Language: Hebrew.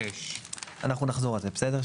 אנחנו נחזור לזה, בסדר?